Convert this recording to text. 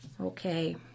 okay